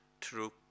true